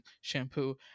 shampoo